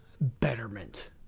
betterment